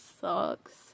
sucks